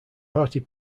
party